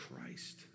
Christ